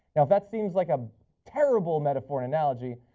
if that seems like a terrible metaphor and analogy,